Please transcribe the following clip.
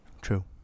True